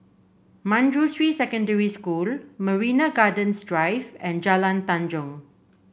Manjusri Secondary School Marina Gardens Drive and Jalan Tanjong